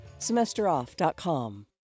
semesteroff.com